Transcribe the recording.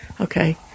okay